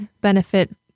benefit